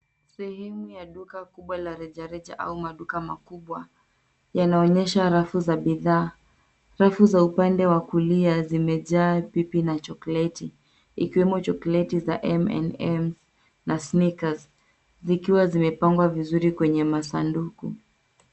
Sehemu ya duka kubwa la reja reja au maduka makubwa, inaonyesha rafu za bidhaa. Rafu za upande wa kulia zimejaa pipi na chokoleti, ikiwemo chokoleti za M&M na (cs)Snickers(cs), zikiwa zimepangwa vizuri kwenye masanduku.